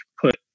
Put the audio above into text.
put